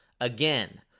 Again